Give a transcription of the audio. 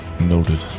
Noted